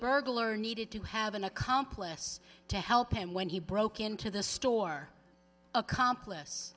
burglar needed to have an accomplice to help him when he broke into the store accomplice